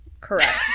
Correct